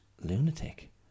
lunatic